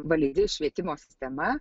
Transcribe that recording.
validi švietimo sistema